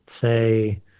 say